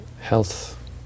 health